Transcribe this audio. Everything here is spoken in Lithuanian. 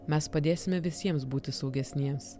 mes padėsime visiems būti saugesniems